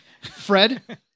Fred